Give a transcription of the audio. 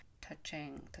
touching